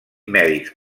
mèdics